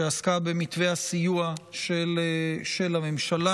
שעסקה במתווה הסיוע של הממשלה.